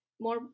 more